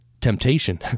temptation